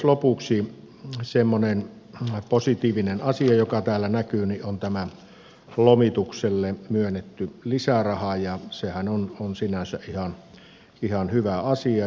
lopuksi semmoinen positiivinen asia joka täällä näkyy on tämä lomitukselle myönnetty lisäraha ja sehän on sinänsä ihan hyvä asia